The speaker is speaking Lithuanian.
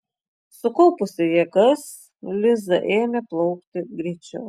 sukaupusi jėgas liza ėmė plaukti greičiau